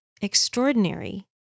extraordinary